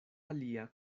alia